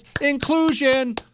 Inclusion